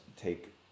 take